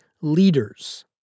leaders